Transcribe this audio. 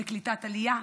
בקליטת עלייה,